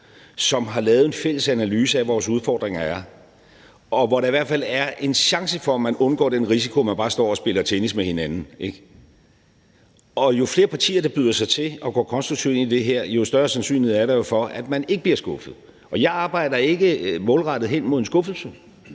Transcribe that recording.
som har lavet en fælles analyse af, hvad vores udfordringer er, og hvor der i hvert fald er en chance for, at man undgår den risiko for, at man bare står og spiller tennis med hinanden, ikke? Og jo flere partier der byder sig til og går konstruktivt ind i det her, jo større sandsynlighed er der for, at man ikke bliver skuffet. Og jeg arbejder ikke målrettet hen mod en skuffelse.